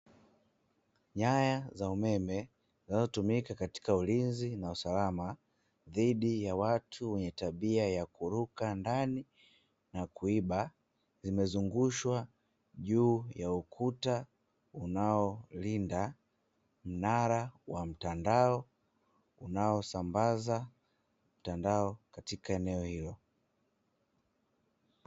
Nyaya za umeme zinazotumika katika ulinzi na usalama, dhidi ya watu wenye tabia ya kuruka ndani na kuiba, zimezungushwa juu ya ukuta unaolinda mnara wa mtandao, unaosambaza mtandao katika eneo hilo.